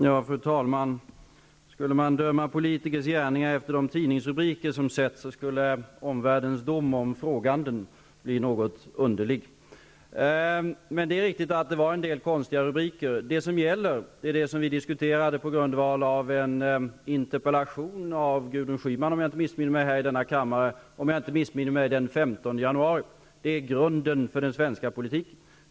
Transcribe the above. Fru talman! Om man skulle döma politikers gärningar efter de tidningsrubriker som sätts, skulle omvärldens dom om den frågande bli något underlig. Men det är riktigt att det förekom en del konstiga rubriker. Det som gäller är det som vi diskuterade på grundval av en interpellation av Gudrun Schyman, om jag inte missminner mig, i denna kammare den 15 januari, om jag minns rätt. Det är grunden för den svenska politiken.